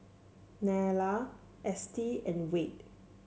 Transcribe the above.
Nella Estie and Wade